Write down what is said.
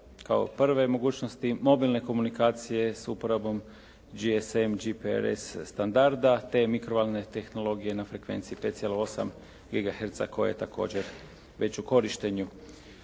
kao prve mogućnosti, mobilne komunikacije sa uporabom GSM, GPRS standarda, te mikrovalne tehnologije na frekvenciji 5,8 gigaherca koja je također već u korištenju.